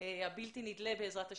המקור הבלתי נדלה בעזרת השם,